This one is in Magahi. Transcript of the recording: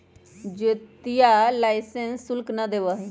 ज्योतिया लाइसेंस शुल्क ना देवा हई